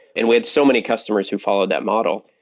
and we had so many customers who followed that model.